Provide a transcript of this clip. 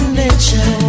nature